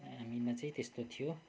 हामीमा चाहिँ त्यस्तो थियो